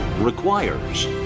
requires